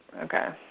okay.